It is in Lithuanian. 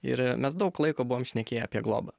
ir mes daug laiko buvom šnekėję apie globą